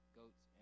goats